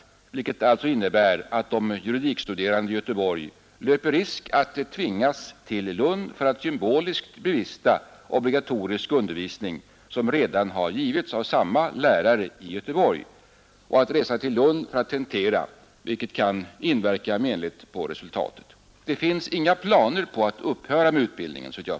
vilket alltså innebär att de juridikstuderande i Göteborg löper risk att tvingas till Lund för att symboliskt bevista obligatorisk undervisning, som redan har givits av samma lärare i Göteborg, samt att resa till Lund för att tentera, vilket kan inverka menligt på resultatet. Det finns såvitt jag förstår inga planer på att upphöra med utbildningen.